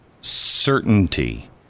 certainty